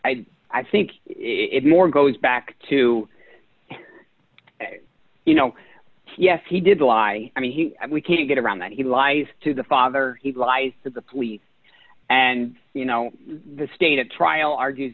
i i think it more goes back to you know yes he did lie i mean he can't get around that he lies to the father he lies to the police and you know the state at trial argues